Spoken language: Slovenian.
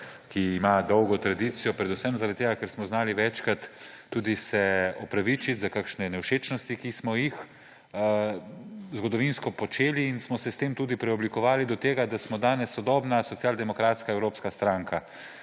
ki ima dolgo tradicijo, predvsem zaradi tega, ker smo se znali večkrat tudi opravičiti za kakšne nevšečnosti, ki smo jih zgodovinsko počeli in smo se s tem tudi preoblikovali do tega, da smo danes sodobna socialdemokratska evropska stranka.